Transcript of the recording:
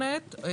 14(א)(9)